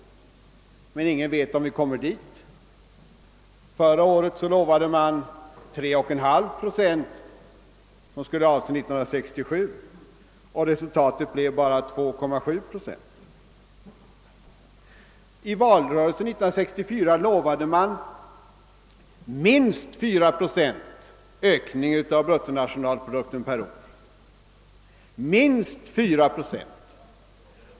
Men ingen vet om vi uppnår den siffran. Förra året lovade man 3,5 procent ökning för år 1967. Resultatet blev bara 2,7 procent. I valrörelsen 1964 lovade man minst 4 procent ökning av bruttonationalprodukten per år — minst 4 procent.